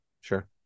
Sure